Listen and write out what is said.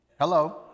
Hello